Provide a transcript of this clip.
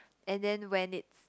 and then when it's